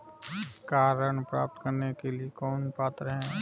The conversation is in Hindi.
कार ऋण प्राप्त करने के लिए कौन पात्र है?